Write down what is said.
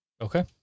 Okay